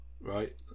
right